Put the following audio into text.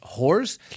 whores